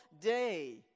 day